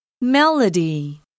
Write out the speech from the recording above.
Melody